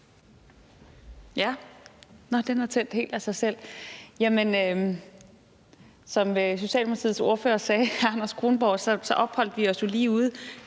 er blevet tændt helt af sig selv. Som Socialdemokratiets ordfører, hr. Anders Kronborg, sagde, opholdt vi os jo lige ude